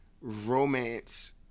romance